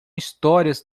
histórias